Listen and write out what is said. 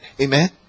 Amen